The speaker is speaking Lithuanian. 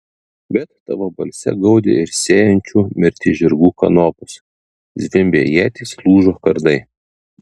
bet tavo balse gaudė ir sėjančių mirtį žirgų kanopos zvimbė ietys lūžo kardai